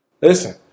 listen